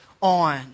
on